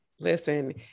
Listen